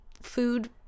Food